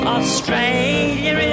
Australia